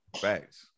Facts